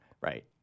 Right